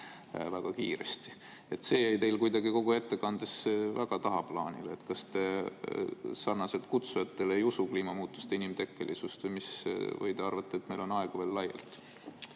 väga kiiresti ei loobu. See jäi teil kuidagi kogu ettekandes väga tagaplaanile. Kas te sarnaselt kutsujatega ei usu kliimamuutuste inimtekkelisust või te arvate, et meil on aega veel laialt?